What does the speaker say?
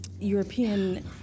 European